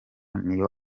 niyo